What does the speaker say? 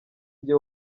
njye